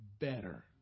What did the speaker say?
better